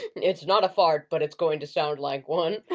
it's not a fart, but it's going to sound like one.